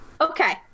Okay